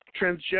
transgender